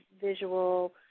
visual